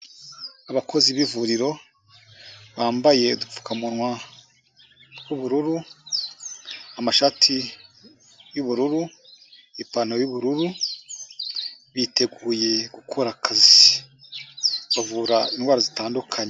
Abakozi b'ivuriro bambaye udupfukamunwa tw'ubururu, amashati y'ubururu, ipantaro y'ubururu, biteguye gukora akazi bavura indwara zitandukanye.